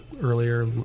earlier